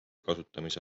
kasutamise